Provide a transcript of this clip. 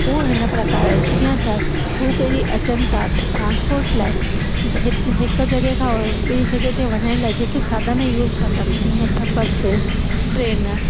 उहो हिन प्रकार आहे जीअं त हू पहिरीं अचनि था त ट्रांसपोर्ट लाइ हि हिकु जॻहि खां ॿिए जॻहि ते वञण लाइ जेके साधन यूस था कनि जीअं त बस ट्रेन